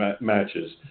Matches